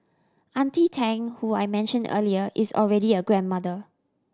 Auntie Tang who I mentioned earlier is already a grandmother